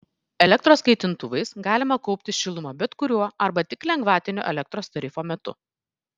elektros kaitintuvais galima kaupti šilumą bet kuriuo arba tik lengvatinio elektros tarifo metu